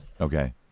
Okay